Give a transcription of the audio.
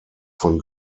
von